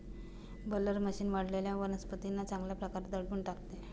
baler machine वाळलेल्या वनस्पतींना चांगल्या प्रकारे दडपून टाकते